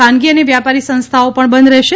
ખાનગી અને વ્યાપારી સંસ્થાઓ પણ બંધ રહેશે